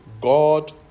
God